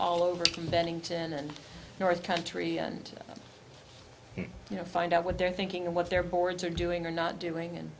all over from bennington and north country and you know find out what they're thinking and what their boards are doing or not doing and